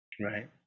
right